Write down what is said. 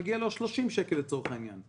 מגיעים לו 30 שקלים לצורך העניין.